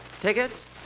Tickets